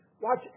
Watch